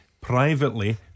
privately